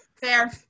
Fair